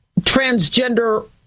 transgender